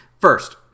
first